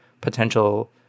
potential